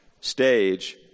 stage